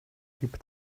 hebt